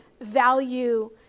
value